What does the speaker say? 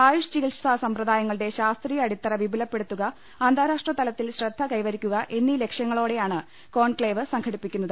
ആയുഷ് ചികിത്സാ സമ്പ്രദായങ്ങളുടെ ശാസ്ത്രീയ അടിത്തറ വിപുലപ്പെടുത്തുക അന്താരാഷ്ട്രതലത്തിൽ ശ്രദ്ധ കൈവരിക്കുക എന്നീ ലക്ഷ്യങ്ങളോടെയാണ് കോൺക്ലെയ്വ് സംഘ ടിപ്പിക്കുന്നത്